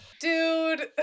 Dude